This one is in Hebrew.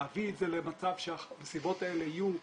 להביא את זה למצב שהמסיבות האלה יהיו חוקיות,